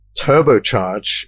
turbocharge